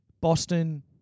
Boston